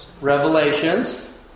revelations